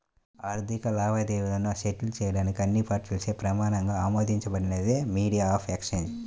ఆర్థిక లావాదేవీలను సెటిల్ చేయడానికి అన్ని పార్టీలచే ప్రమాణంగా ఆమోదించబడినదే మీడియం ఆఫ్ ఎక్సేంజ్